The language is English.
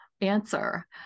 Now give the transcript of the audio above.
answer